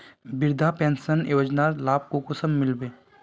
वृद्धा पेंशन योजनार लाभ कुंसम मिलबे?